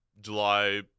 July